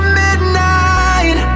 midnight